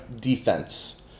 defense